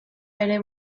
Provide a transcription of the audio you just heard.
bere